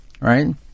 right